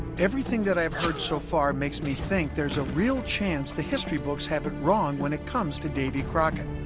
everything that i've heard so far makes me think there's a real chance the history books have it wrong when it comes to davy crockett